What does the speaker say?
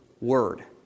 Word